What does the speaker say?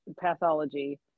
pathology